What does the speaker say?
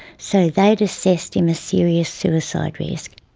so they'd assessed him a serious suicide risk.